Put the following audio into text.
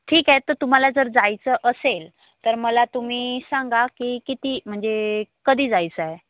ठीक आहे तर तुम्हाला जर जायचं असेल तर मला तुम्ही सांगा की किती म्हणजे कधी जायचं आहे